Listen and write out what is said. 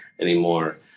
anymore